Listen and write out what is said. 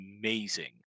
amazing